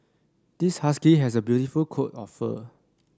this husky has a beautiful coat of fur